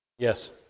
Yes